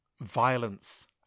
violence